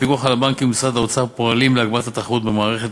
הפיקוח על הבנקים ומשרד האוצר פועלים להגברת התחרות במערכת,